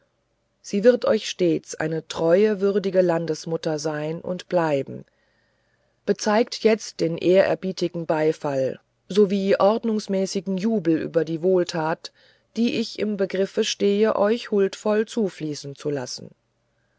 sie wird euch stets eine treue würdige landesmutter sein und bleiben bezeigt jetzt den ehrerbietigen beifall sowie ordnungsmäßigen jubel über die wohltat die ich im begriff stehe euch huldvoll zufließen zu lassen